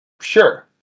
sure